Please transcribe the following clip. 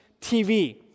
TV